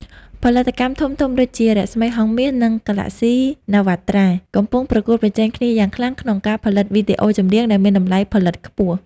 ផលិតកម្មធំៗដូចជា រស្មីហង្សមាស និង Galaxy Navatra កំពុងប្រកួតប្រជែងគ្នាយ៉ាងខ្លាំងក្នុងការផលិតវីដេអូចម្រៀងដែលមានតម្លៃផលិតខ្ពស់។